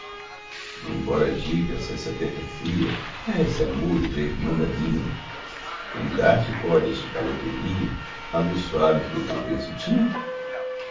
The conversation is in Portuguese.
embora digas essa terra fria merece amores é irmã da minha quem dar-te pode este calor do ninho a luz suave que o teu berço tinha